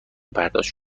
برداشت